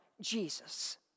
Jesus